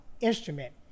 instrument